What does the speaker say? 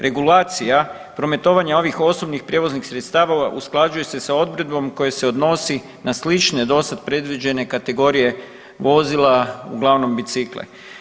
Regulacija prometovanja ovih osobnih prijevoznih sredstava usklađuje se sa odredbom koja se odnosi na slične do sad predviđene kategorije vozila, uglavnom bicikle.